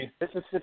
Mississippi